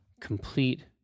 Complete